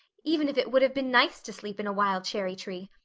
even if it would have been nice to sleep in a wild cherry-tree.